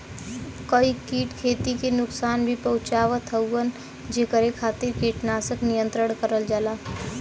कई कीट खेती के नुकसान भी पहुंचावत हउवन जेकरे खातिर कीटनाशक नियंत्रण करल जाला